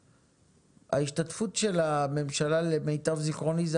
ההשתתפות של הממשלה למיטב זיכרוני זה